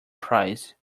prize